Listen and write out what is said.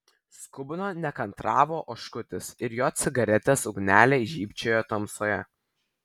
skubino nekantravo oškutis ir jo cigaretės ugnelė žybčiojo tamsoje